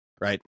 right